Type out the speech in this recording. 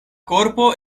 korpo